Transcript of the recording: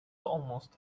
almost